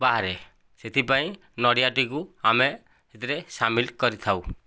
ବାହାରେ ସେଥିପାଇଁ ନଡ଼ିଆଟିକୁ ଆମେ ସେଥିରେ ସାମିଲ୍ କରିଥାଉ